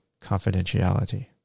confidentiality